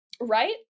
Right